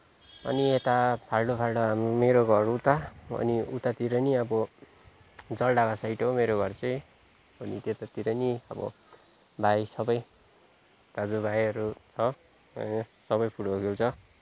अनि यता फाल्टु फाल्टु मेरो घर उता उतातिर पनि अब जलढका साइड हो मेरो घर चाहिँ अनि त्यतातिर पनि अब भाइहरू सबै दाजु भाइहरू छ अनि सबै फुटबल खेल्छ